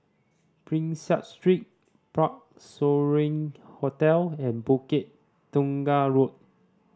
Prinsep Street Parc Sovereign Hotel and Bukit Tunggal Road